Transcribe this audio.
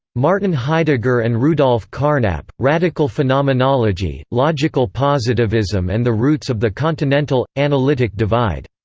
martin heidegger and rudolf carnap radical phenomenology, logical positivism and the roots of the continental analytic divide.